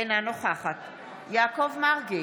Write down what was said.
אינה נוכחת יעקב מרגי,